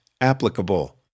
applicable